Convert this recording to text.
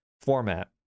format